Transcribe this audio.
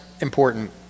important